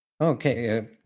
Okay